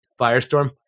Firestorm